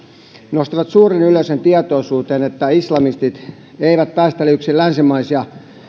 nostivat suuren yleisön tietoisuuteen että islamistit eivät taistele yksin länsimaisia